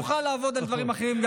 כדי שנוכל לעבוד גם על דברים אחרים.